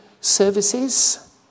services